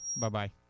Bye-bye